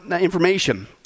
information